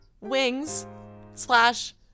Wings/slash